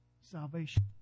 Salvation